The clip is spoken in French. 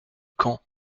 caen